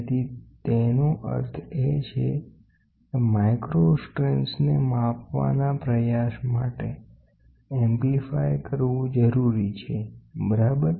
તેથી તેનો અર્થ એ છે કે માઇક્રો સ્ટ્રેન્સને માપવાના પ્રયાસ માટે વ્યાપક કરવુ જરૂરી છે બરાબર